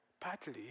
partly